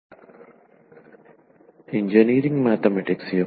Engineering Mathematics - I engineering mathematics I Prof